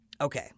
Okay